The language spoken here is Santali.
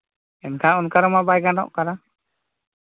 ᱮᱱᱠᱷᱟᱱ ᱚᱱᱠᱟ ᱨᱮᱢᱟ ᱵᱟᱭ ᱜᱟᱱᱚᱜ ᱠᱟᱱᱟ